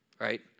right